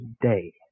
day